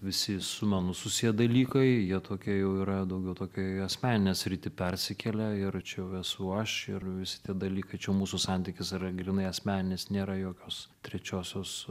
visi su menu susiję dalykai jie tokie jau yra daugiau tokią į asmeninę sritį persikelia ir tačiau esu aš ir visi tie dalykai čia mūsų santykis yra grynai asmeninis nėra jokios trečiosios